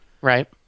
Right